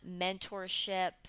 mentorship